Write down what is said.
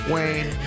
Wayne